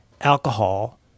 alcohol